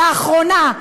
לאחרונה,